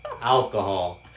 Alcohol